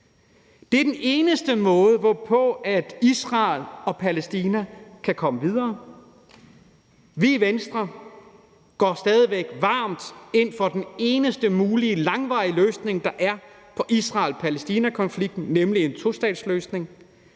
Det er den eneste måde, hvorpå Israel og Palæstina kan komme videre. Vi i Venstre går stadig væk varmt ind for den eneste mulige langvarige løsning, der er på Israel-Palæstina-konflikten, nemlig en tostatsløsning.